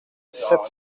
sept